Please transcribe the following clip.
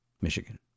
Michigan